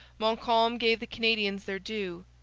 montcalm gave the canadians their due.